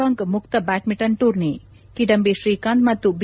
Hong Kong ಮುಕ್ತ badminton tourney Kidambi Srikanth ಮತ್ತು B